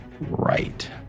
right